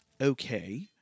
Okay